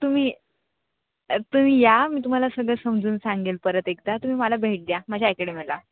तुम्ही तुम्ही या मी तुम्हाला सगळं समजवून सांगेन परत एकदा तुम्ही मला भेट द्या माझ्या अकेडेमीला